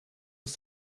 was